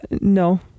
no